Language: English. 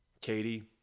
Katie